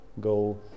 go